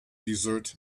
desert